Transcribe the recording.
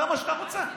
זה מה שאתה רוצה?